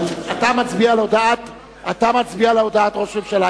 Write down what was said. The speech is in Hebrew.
אתה מצביע על הודעת ראש הממשלה,